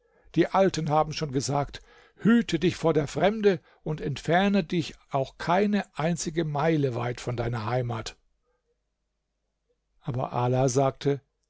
die alten haben schon gesagt hütte dich vor der fremde und entferne dich auch keine einzige meile weit von deiner heimat aber ala sagte